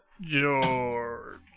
George